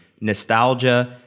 nostalgia